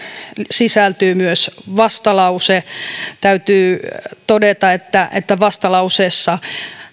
sisältyy myös vastalause täytyy todeta että että vastalauseessa